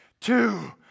two